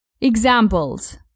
Examples